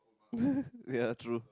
ya true